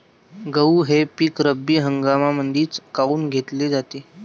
गहू हे पिक रब्बी हंगामामंदीच काऊन घेतले जाते?